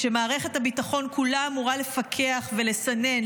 כשמערכת הביטחון כולה אמורה לפקח ולסנן,